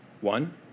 One